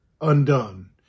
undone